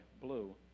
Blue